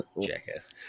jackass